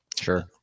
Sure